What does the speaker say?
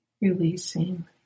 releasing